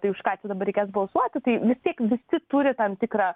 tai už ką čia dabar reikės balsuoti tai vis tiek visi turi tam tikrą